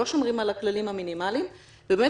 לא שומרים על הכללים המינימאליים ובאמת